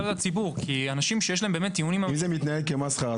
אם זה מתנהל כמסחרה,